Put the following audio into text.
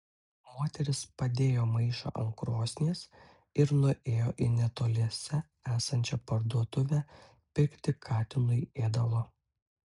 moteris padėjo maišą ant krosnies ir nuėjo į netoliese esančią parduotuvę pirkti katinui ėdalo